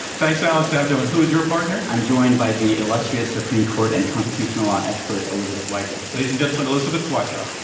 thanks, alex abdo. and who is your partner? i'm joined by the illustrious supreme court and constitutional law expert, elizabeth wydra. ladies and gentlemen, elizabeth wydra.